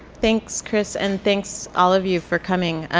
thanks chris and thanks all of you for coming.